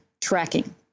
tracking